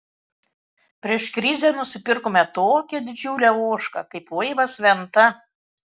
prieš krizę nusipirkome tokią didžiulę ožką kaip laivas venta